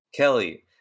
Kelly